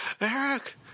Eric